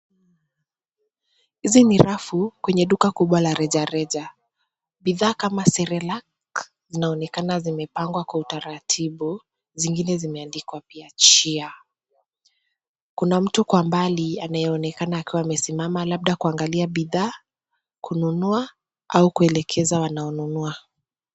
Hizi ni rafu kwenye duka kubwa la rejareja. Bidhaa kama cerelac zinaonekana zimepangwa kwa utaratibu, zingine zimeandikwa pia Cheer kuna mtu kwa mbali anayeonekana akiwa amesimama labda kuangalia bidhaa, kununua au kuelekeza wanaonunua.